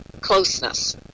closeness